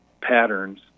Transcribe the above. patterns